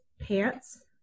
pants